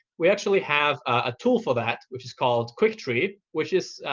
we actually have a tool for that, which is called quick tree, which is